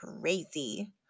crazy